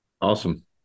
Awesome